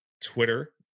Twitter